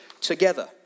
together